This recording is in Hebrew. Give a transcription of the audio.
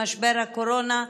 במשבר הקורונה,